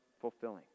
fulfilling